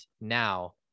Now